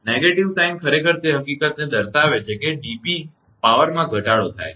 નકારાત્મક સંકેત ખરેખર તે હકીકતને દર્શાવે છે કે dp પાવરમાં ઘટાડો થાય છે